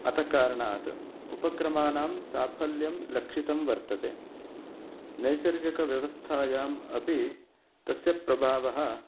अतः कारणात् उपक्रमाणाम् साफल्यं लक्षितं वर्तते नैसर्गीकव्यवस्थायाम् अपि तस्य प्रभावः